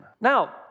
Now